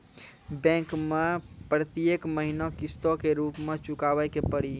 Bank मैं प्रेतियेक महीना किस्तो के रूप मे चुकाबै के पड़ी?